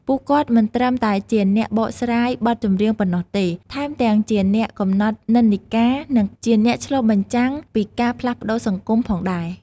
ពួកគាត់មិនត្រឹមតែជាអ្នកបកស្រាយបទចម្រៀងប៉ុណ្ណោះទេ ថែមទាំងជាអ្នកកំណត់និន្នាការ និងជាអ្នកឆ្លុះបញ្ចាំងពីការផ្លាស់ប្តូរសង្គមផងដែរ។